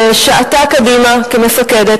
ששעטה קדימה כמפקדת,